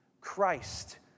Christ